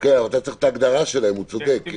אתה צריך את ההגדרה שלהם, הוא צודק.